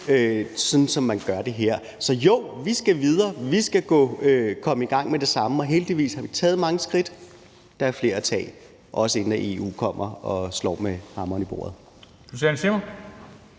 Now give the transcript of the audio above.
sådan som man gør det her. Så jo, vi skal videre, og vi skal komme i gang med det samme. Heldigvis har vi taget mange skridt; der er flere at tage, også inden EU kommer og hamrer i bordet.